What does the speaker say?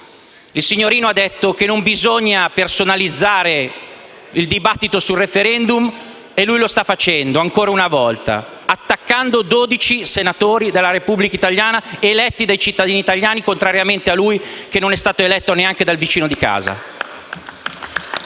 Il signorino ha detto che non bisogna personalizzare il dibattito sul referen_dum e lui lo sta facendo, ancora una volta, attaccando dodici senatori della_ Repubblica italiana, eletti dai cittadini italiani, contrariamente a lui, che non è stato eletto neanche dal vicino di casa. (Applausi